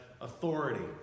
authority